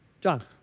John